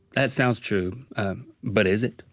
that sounds true but is it?